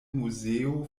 muzeo